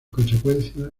consecuencia